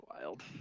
wild